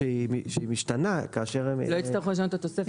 שהיא משתנה כאשר --- לא יצטרכו לשנות את התוספת.